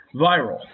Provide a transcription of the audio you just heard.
viral